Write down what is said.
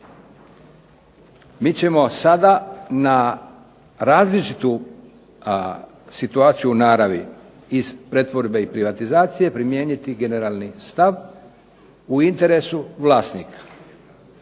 Mi ćemo sada na različitu situaciju u naravi iz pretvorbe i privatizacije primijeniti generalni stav u interesu vlasnika